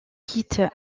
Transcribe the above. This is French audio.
quitte